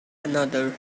another